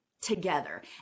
together